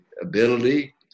ability